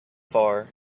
far